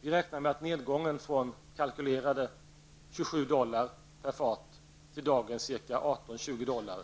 Vi räknar med att nedgången från kalkylerade 27 dollar till dagens ca 18--20 dollar